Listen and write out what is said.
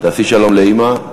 תעשי שלום לאימא.